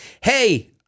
hey